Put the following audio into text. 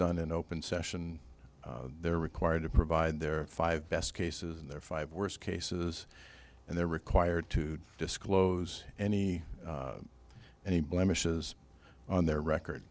done in open session they're required to provide their five best cases in their five worst cases and they're required to disclose any any blemishes on their record